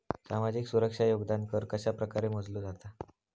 सामाजिक सुरक्षा योगदान कर कशाप्रकारे मोजलो जाता